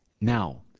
Now